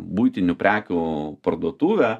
buitinių prekių parduotuvę